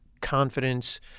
confidence